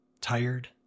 tired